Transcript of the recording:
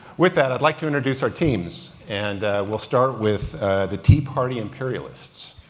with that, i'd like to introduce our teams and we'll start with the tea party imperialists.